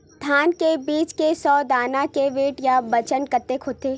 धान बीज के सौ दाना के वेट या बजन कतके होथे?